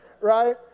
Right